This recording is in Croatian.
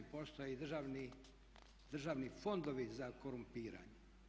Postoje državni fondovi za korumpiranje.